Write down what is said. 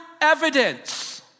evidence